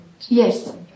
Yes